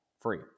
free